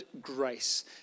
Grace